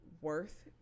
worth